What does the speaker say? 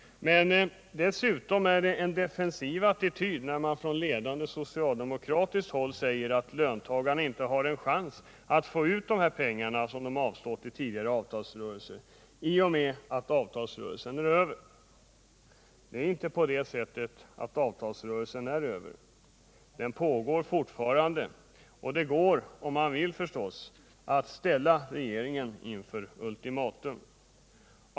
Dessutom är det en defensiv attityd, när man på ledande socialdemokratiskt håll säger att löntagarna inte har en chans att få ut de pengar som de avstått från i tidigare avtalsrörelser i och med att avtalsrörelsen är över. Avtalsrörelsen är inte över. Den pågår fortfarande. Det går — om man vill förstås — att ställa regeringen inför ultimatum.